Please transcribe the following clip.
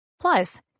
Plus